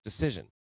decision